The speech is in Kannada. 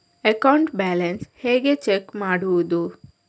ಅಕೌಂಟ್ ಬ್ಯಾಲೆನ್ಸ್ ಹೇಗೆ ಚೆಕ್ ಮಾಡುವುದು?